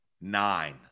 nine